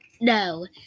no